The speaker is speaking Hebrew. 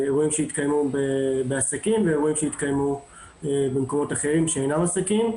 אירועים שהתקיימו בעסקים ואירועים שהתקיימו במקומות אחרים שאינם עסקים.